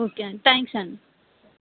okay అండి thanks అండి